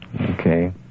Okay